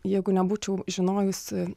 jeigu nebūčiau žinojusi